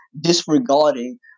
disregarding